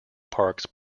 parks